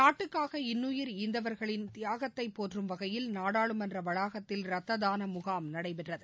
நாட்டுக்காக இன்னுயிர் ஈந்தவர்களின் தியாகத்தைப் போற்றும் வகையில் நாடாளுமன்ற வளாகத்தில் ரத்த தானம் முகாம் நடைபெற்றது